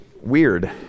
weird